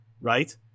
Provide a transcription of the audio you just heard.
Right